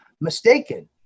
mistaken